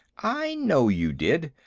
i know you did.